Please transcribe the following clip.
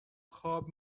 خواب